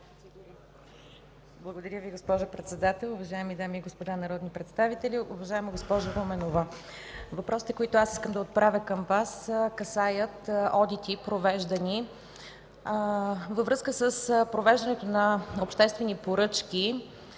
Благодаря Ви, госпожо председател. Уважаеми дами и господа народни представители, уважаема госпожо Руменова! Въпросите, които искам да отправя към Вас, касаят одити, провеждани във връзка с провеждането на обществени поръчки